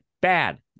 bad